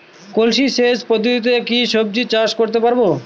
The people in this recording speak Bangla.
কলসি সেচ পদ্ধতিতে কি সবজি চাষ করতে পারব?